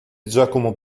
giacomo